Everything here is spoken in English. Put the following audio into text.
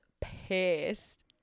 pissed